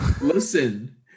Listen